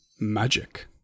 Magic